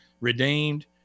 redeemed